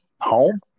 home